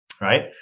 right